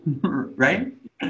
right